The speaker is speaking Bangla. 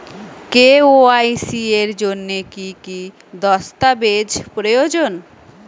কে.ওয়াই.সি এর জন্যে কি কি দস্তাবেজ প্রয়োজন?